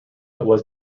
was